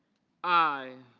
i.